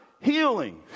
healing